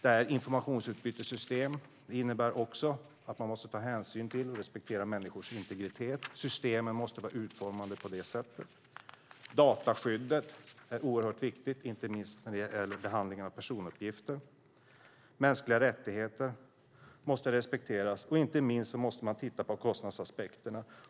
Ett informationsutbytessystem innebär också att man måste ta hänsyn till och respektera människors integritet. Systemen måste vara utformade så. Dataskyddet är oerhört viktigt, inte minst när det gäller behandlingen av personuppgifter. Mänskliga rättigheter måste respekteras, och inte minst måste man titta på kostnadsaspekterna.